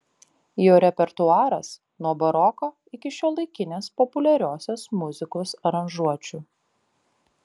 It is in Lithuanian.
jo repertuaras nuo baroko iki šiuolaikinės populiariosios muzikos aranžuočių